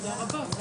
תודה רבה.